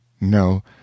No